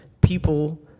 people